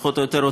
פחות או יותר,